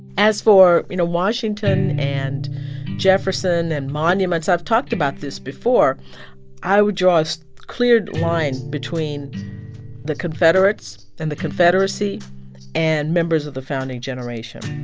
as for, you know, washington and jefferson and monuments i've talked about this before i would draw a so clear line between the confederates and the confederacy and members of the founding generation.